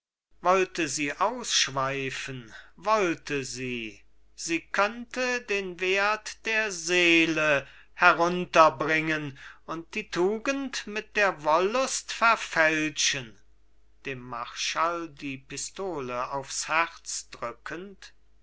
schwärmen wollte sie ausschweifen wollte sie sie könnte den werth der seele herunterbringen und die tugend mit der wollust verfälschen dem marschall die pistole aufs herz drückend